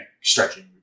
stretching